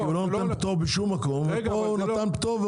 הוא לא נותן פטור בשום מקום; פה הוא נתן פטור,